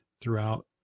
throughout